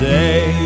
day